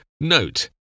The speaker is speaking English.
Note